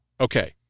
Okay